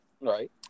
Right